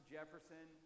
Jefferson